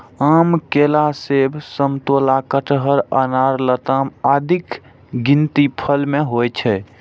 आम, केला, सेब, समतोला, कटहर, अनार, लताम आदिक गिनती फल मे होइ छै